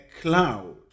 cloud